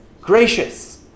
gracious